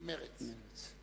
מרצ.